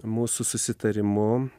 mūsų susitarimu